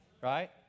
Right